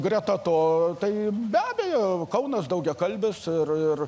greta to tai be abejo kaunas daugiakalbis ir ir